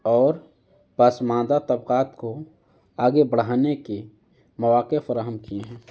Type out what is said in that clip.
اور پسمانادہ طبقات کو آگے بڑھانے کے مواقع فراہم کیے ہیں